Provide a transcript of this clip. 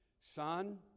Son